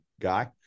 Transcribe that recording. guy